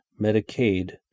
Medicaid